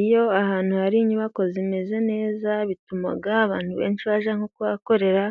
Iyo ahantu hari inyubako zimeze neza bituma abantu benshi bajya nko kuhakorera,